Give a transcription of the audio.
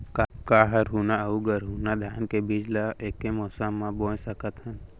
का हरहुना अऊ गरहुना धान के बीज ला ऐके मौसम मा बोए सकथन?